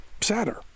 sadder